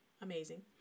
amazing